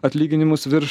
atlyginimus virš